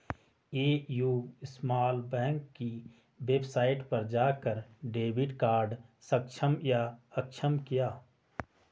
AU small bank की website पर जाकर डेबिट कार्ड सक्षम या अक्षम किया